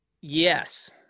yes